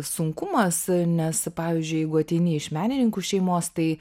sunkumas nes pavyzdžiui jeigu ateini iš menininkų šeimos tai